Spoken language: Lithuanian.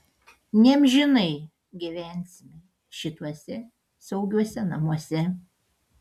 neamžinai gyvensime šituose saugiuose namuose